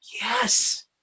Yes